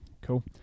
Cool